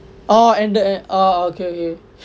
orh Andes orh okay okay